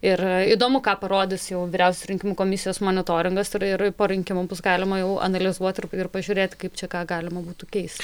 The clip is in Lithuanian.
ir įdomu ką parodys jau vyriausios rinkimų komisijos monitoringas ir ir po rinkimų bus galima jau analizuot ir ir pažiūrėt kaip čia ką galima būtų keist